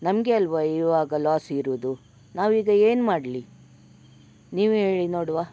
ನಮಗೆ ಅಲ್ವ ಇವಾಗ ಲಾಸ್ ಇರೋದು ನಾವೀಗ ಏನ್ಮಾಡಲಿ ನೀವೇ ಹೇಳಿ ನೋಡುವ